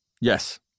Yes